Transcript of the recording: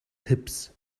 tips